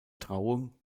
trauung